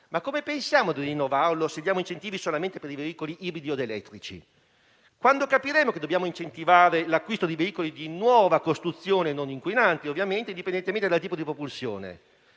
Ma come pensiamo di rinnovarlo se diamo incentivi solamente per i veicoli ibridi ed elettrici? Quando capiremo che dobbiamo incentivare l'acquisto di veicoli di nuova costruzione, non inquinanti ovviamente, indipendentemente dal tipo di propulsione?